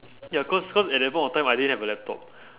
ya cause cause at that point of time I didn't have a laptop